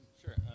Sure